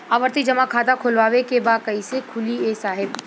आवर्ती जमा खाता खोलवावे के बा कईसे खुली ए साहब?